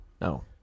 no